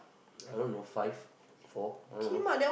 I don't know five four I don't know